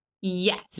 Yes